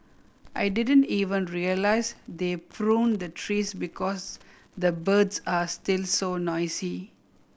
I didn't even realise they pruned the trees because the birds are still so noisy